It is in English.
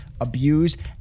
abused